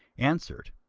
answered,